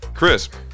Crisp